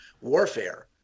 warfare